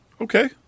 Okay